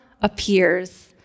appears